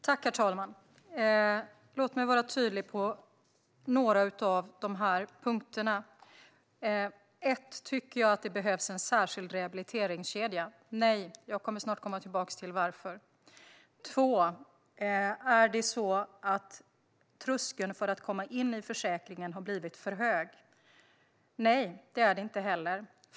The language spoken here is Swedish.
Herr talman! Låt mig vara tydlig på några av de här punkterna. För det första: Tycker jag att det behövs en särskild rehabiliteringskedja? Nej, och jag kommer snart att återkomma till varför. För det andra: Har tröskeln för att komma in i försäkringen blivit för hög? Nej, det har den inte.